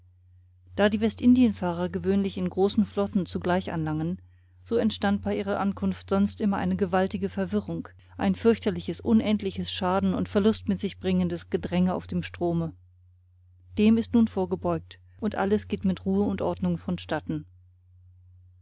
da die westindienfahrer gewöhnlich in großen flotten zugleich anlangen so entstand bei ihrer ankunft sonst immer eine gewaltige verwirrung ein fürchterliches unendliches schaden und verlust mit sich bringende gedränge auf dem strome dem ist nun vorgebeugt und alles geht mit ruhe und ordnung vonstatten